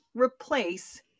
replace